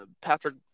Patrick